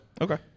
Okay